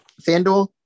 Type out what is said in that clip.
FanDuel